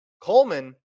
Coleman